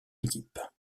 équipes